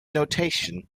notation